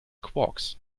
quarks